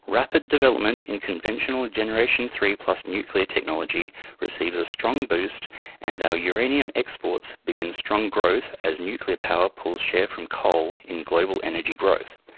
rapid development in conventional generation iii plus nuclear technology receives a strong boost and our uranium exports begin strong growth as nuclear power pulls share from coal in global energy growth.